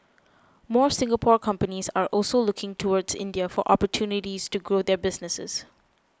more Singapore companies are also looking towards India for opportunities to grow their businesses